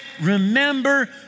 remember